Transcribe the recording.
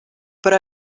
però